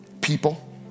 People